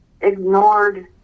ignored